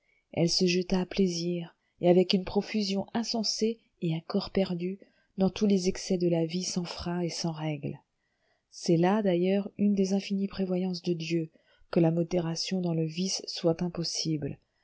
elle se jeta à plaisir et avec une profusion insensée et à corps perdu dans tous les excès de la vie sans frein et sans règle c'est là d'ailleurs une des infinies prévoyances de dieu que la modération dans le vice soit impossible